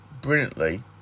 brilliantly